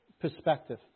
perspective